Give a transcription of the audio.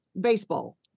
baseball